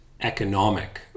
economic